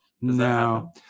no